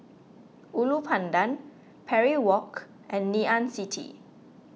Ulu Pandan Parry Walk and Ngee Ann City